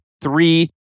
three